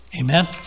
Amen